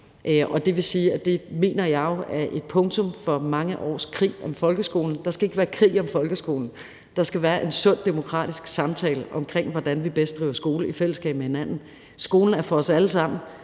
Det mener jeg jo er et punktum for mange års krig om folkeskolen. Der skal ikke være krig om folkeskolen; der skal være en sund demokratisk samtale om, hvordan vi bedst driver skole i fællesskab med hinanden. Skolen er for os alle sammen,